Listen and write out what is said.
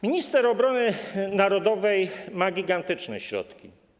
Minister obrony narodowej ma gigantyczne środki.